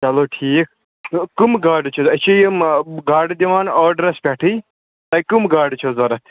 چلو ٹھیٖک تہٕ کَم گاڈٕ چھِ اَسہِ چھِ یِم گاڈٕ دِوان آڈرَس پٮ۪ٹھٕے تۄہہِ کَم گاڈٕ چھےٚ ضوٚرَتھ